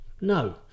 No